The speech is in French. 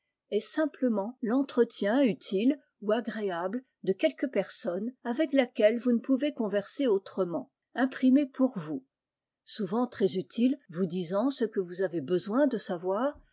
est simplement l'entretien utile ou agréable de quelque personne avec laquelle vous ne pouvez converser autrement imprimé pour vous souvent très utile vous disant ce que vous avez besoin de savoir